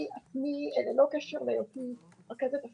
אני עצמי בעלת עסק